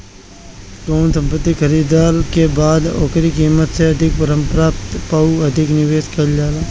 कवनो संपत्ति खरीदाला के बाद ओकरी कीमत से अधिका मरम्मत पअ अधिका निवेश कईल जाला